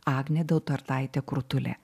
agnė dautartaitė krutulė